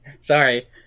sorry